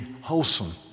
wholesome